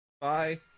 Bye